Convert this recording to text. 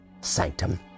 sanctum